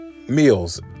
meals